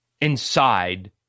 inside